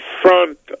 front